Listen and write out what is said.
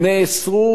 עונו,